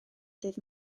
ddydd